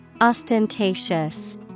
Ostentatious